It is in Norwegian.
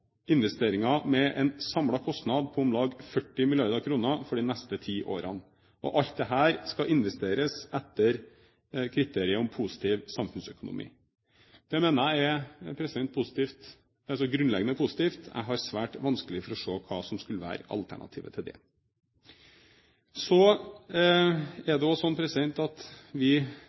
investeringer til en samlet kostnad på om lag 40 mrd. kr for de neste ti årene. Alt dette skal investeres etter kriteriet om positiv samfunnsøkonomi. Det mener jeg er grunnleggende positivt. Jeg har svært vanskelig for å se hva som skulle være alternativet til det. Vi har varslet at vi